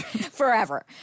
Forever